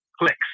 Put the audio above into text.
Clicks